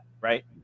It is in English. right